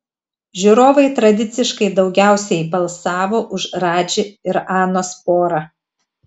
žiūrovai tradiciškai daugiausiai balsavo už radži ir anos porą